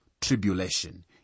tribulation